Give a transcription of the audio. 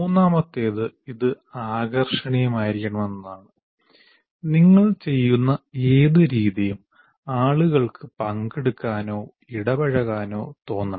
മൂന്നാമത്തേത് അത് ആകർഷിക്കണം എന്നതാണ് നിങ്ങൾ ചെയ്യുന്ന ഏത് രീതിയും ആളുകൾക്ക് പങ്കെടുക്കാനോ ഇടപഴകാനോ തോന്നണം